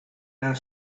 our